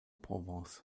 provence